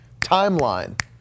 timeline